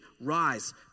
rise